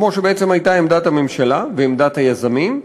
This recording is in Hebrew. כמו שבעצם הייתה עמדת הממשלה ועמדת היזמים,